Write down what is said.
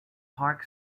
park